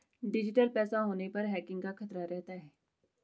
digital पैसा होने पर हैकिंग का खतरा रहता है